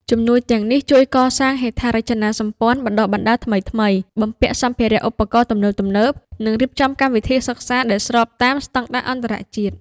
ជំនួយទាំងនេះជួយកសាងហេដ្ឋារចនាសម្ព័ន្ធបណ្តុះបណ្តាលថ្មីៗ បំពាក់សម្ភារៈឧបករណ៍ទំនើបៗ និងរៀបចំកម្មវិធីសិក្សាដែលស្របតាមស្តង់ដារអន្តរជាតិ។